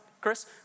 Chris